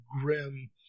grim